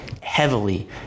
heavily